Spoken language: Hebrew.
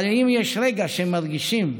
אבל אם יש רגע שבו הם מרגישים שהינה,